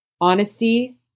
honesty